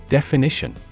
Definition